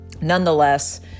nonetheless